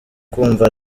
kumva